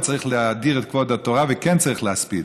וצריך להאדיר את כבוד התורה וכן צריך להספיד.